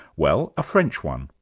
well, a french one,